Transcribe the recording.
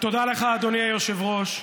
תודה לך, אדוני היושב-ראש.